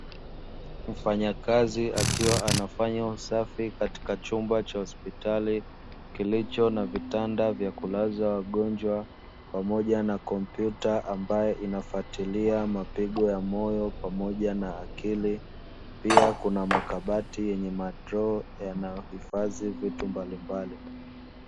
Mfanyakazi akiwa anafanya usafi katika chumba cha hospitali kilicho na vitanda vya kulaza wagonjwa, pamoja na kompyuta ambayo inafuatilia mapigo ya moyo pamoja na akili, pia kuna makabati yenye madroo yanahifadhi vitu mbalimbali.